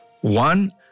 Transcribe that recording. One